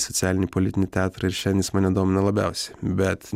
socialinį politinį teatrą ir šiandien jis mane domina labiausiai bet